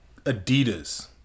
Adidas